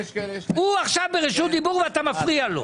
הוא עכשיו ברשות דיבור ואתה מפריע לו.